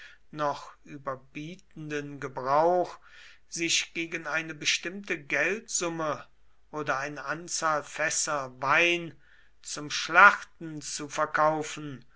noch überbietenden gebrauch sich gegen eine bestimmte geldsumme oder eine anzahl fässer wein zum schlachten zu verkaufen